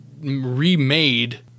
remade